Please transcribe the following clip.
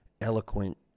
eloquent